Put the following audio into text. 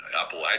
Apple